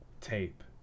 tape